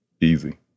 Easy